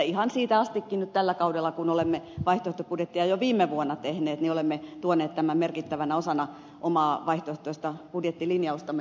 ihan siitä astikin nyt tällä kaudella kun olemme vaihtoehtobudjetteja jo viime vuonna tehneet olemme tuoneet windfall veron merkittävänä osana omaa vaihtoehtoista budjettilinjaustamme